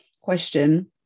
question